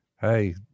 Hey